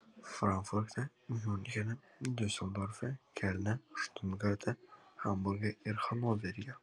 frankfurte miunchene diuseldorfe kelne štutgarte hamburge ir hanoveryje